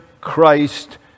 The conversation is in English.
Christ